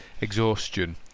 exhaustion